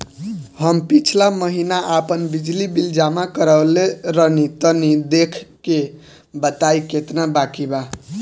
हम पिछला महीना आपन बिजली बिल जमा करवले रनि तनि देखऽ के बताईं केतना बाकि बा?